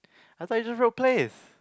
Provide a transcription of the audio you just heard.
I thought you just wrote Plath